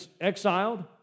exiled